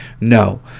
no